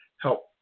help